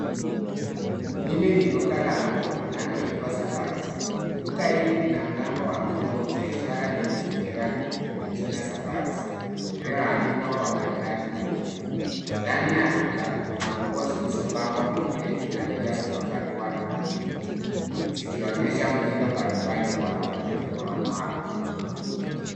Hili ni duka la nguo linaloitwa (cs)Safaris(cs). Duka hili lina mlango wa kioo na ishara nyeusi juu yake yenye jina (cs)Safaris(cs). Lililoandikwa kwa maridadi nyeupe. Ndani ya duka, kuna nguo zilizopangwa kwenye reki na pia zimevaliwa na minibui. Zikionyesha mtindo mbalimbali kwa wanaume na wanawake.